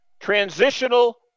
Transitional